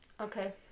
Okay